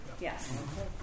Yes